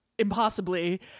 impossibly